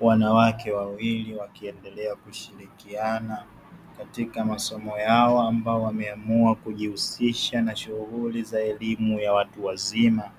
Wanawake wawili wakiendelea kushirikiana katika masomo yao ambayo wameamua kujihusisha na shughuli za elimu ya watu wazima,